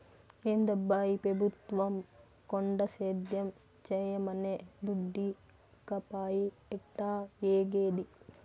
ఏందబ్బా ఈ పెబుత్వం కొండ సేద్యం చేయమనె దుడ్డీకపాయె ఎట్టాఏగేది